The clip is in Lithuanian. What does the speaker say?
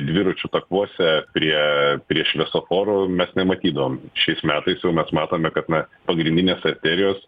dviračių takuose prie prie šviesoforų mes nematydavom šiais metais jau mes matome kad na pagrindinės arterijos